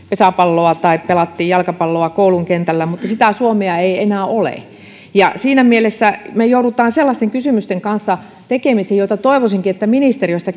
pesäpalloa tai jalkapalloa koulun kentällä mutta sitä suomea ei enää ole ja siinä mielessä me joudumme sellaisten kysymysten kanssa tekemisiin joita toivoisinkin että ministeriöstä